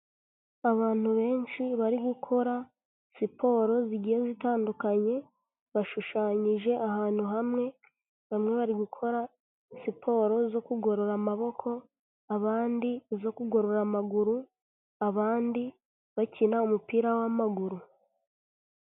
Abantu benshi bari gukora siporo zigiye zitandukanye bashushanyije ahantu hamwe, bamwe bari gukora siporo zo kugurora amaboko abandi izo kugorora amaguru abandi bakina umupira w'amaguru.